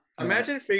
Imagine